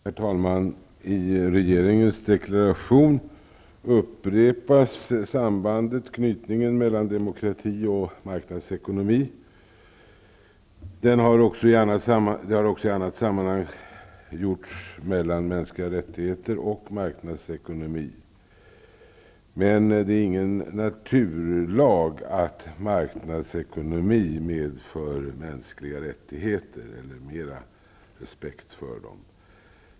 Herr talman! I regeringens deklaration upprepas sambandet och knytningen mellan demokrati och marknadsekonomi. Den kopplingen har också gjorts i annat sammanhang mellan mänskliga rättigheter och marknadsekonomi. Det är ingen naturlag att marknadsekonomi medför mänskliga rättigheter eller respekt för dem.